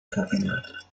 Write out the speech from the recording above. verwendet